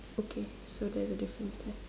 okay so there's a difference there